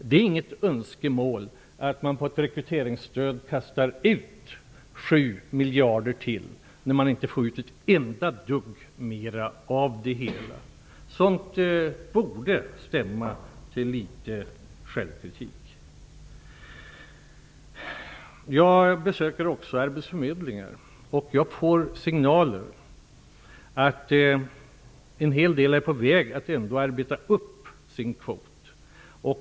Det är inget önskemål att kasta ut 7 miljarder till på ett rekryteringsstöd, när man inte får ut ett enda dugg mera av det hela. Sådant borde leda till litet självkritik. Jag besöker också arbetsförmedlingar. Jag får signaler om att en hel del av dem är på väg att arbeta upp sin kvot.